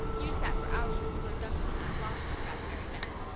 you sat for hours with miller douglas on that lobster trap, mary vance!